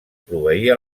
proveir